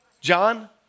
John